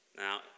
Now